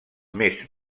més